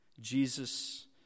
Jesus